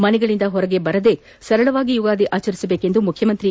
ಮನೆಗಳಿಂದ ಹೊರ ಬರದೆ ಸರಳವಾಗಿ ಯುಗಾದಿ ಆಚರಿಸಬೇಕು ಎಂದು ಮುಖ್ಯಮಂತ್ರಿ ಬಿ